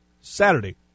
Saturday